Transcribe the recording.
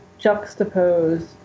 juxtapose